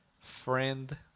friend